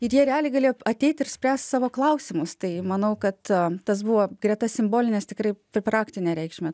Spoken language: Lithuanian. ir jie realiai galėjo ateit ir spręst savo klausimus tai manau kad tas buvo greta simbolinės tikrai pr praktinę reikšmę